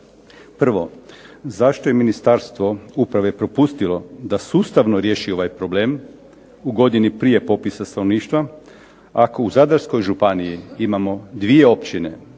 Prvo, zašto je Ministarstvo uprave propustilo da sustavno riješi ovaj problem u godini prije popisa stanovništva, ako u Zadarskoj županiji imamo dvije općine